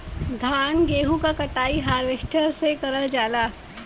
धान गेहूं क कटाई हारवेस्टर से करल जाला